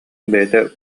бэйэтэ